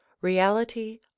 Reality